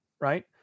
right